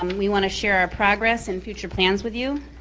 um we wanna share our progress and future plans with you.